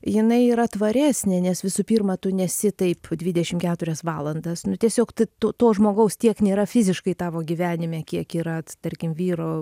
jinai yra tvaresnė nes visų pirma tu nesi taip dvidešim keturias valandas nu tiesiog tu to žmogaus tiek nėra fiziškai tavo gyvenime kiek yra tarkim vyro